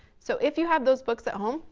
so if you have those books at home,